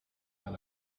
that